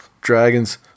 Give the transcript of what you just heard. Dragons